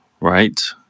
right